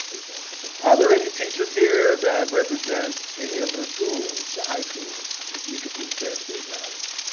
are there any teachers here that represent any of the schools, the high schools? if you could please stand to be acknowledged.